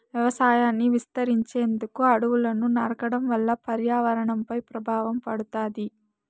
వ్యవసాయాన్ని విస్తరించేందుకు అడవులను నరకడం వల్ల పర్యావరణంపై ప్రభావం పడుతాది